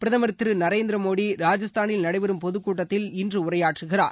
பிரதமர் திரு நரேந்திர மோடி ராஜஸ்தானில் நடைபெறும் பொதுக் கூட்டத்தில் இன்று உரையாற்றுகிறார்